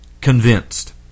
convinced